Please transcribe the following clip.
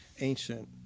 ancient